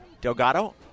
Delgado